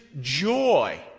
joy